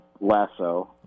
lasso